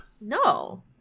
No